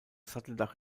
satteldach